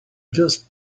just